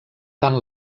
tant